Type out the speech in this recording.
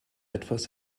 etwas